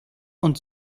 und